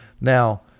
Now